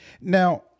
Now